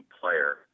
player